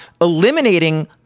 eliminating